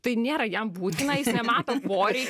tai nėra jam būtina jis nemato poreikio